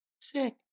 Sick